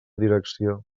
direcció